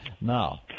Now